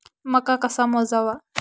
मका कसा मोजावा?